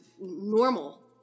normal